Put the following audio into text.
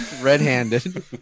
red-handed